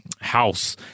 house